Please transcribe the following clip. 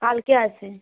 কালকে আসবে